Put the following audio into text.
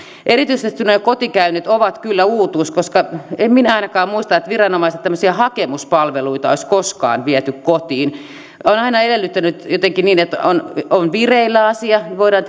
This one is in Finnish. erityisesti nämä kotikäynnit ovat kyllä uutuus koska en minä ainakaan muista että tämmöisiä viranomaisten hakemuspalveluita olisi koskaan viety kotiin on aina edellytetty jotenkin niin että on on vireillä asia jotta voidaan